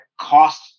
cost